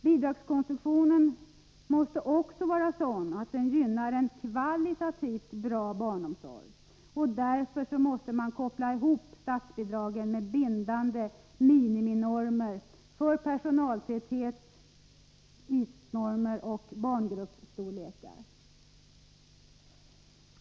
Bidragskonstruktionen bör dessutom vara sådan att den gynnar en kvalitativt bra barnomsorg. Därför måste statsbidragen kopplas ihop med bindande miniminormer för personaltäthet, ytnormer och barngruppsstorlekar.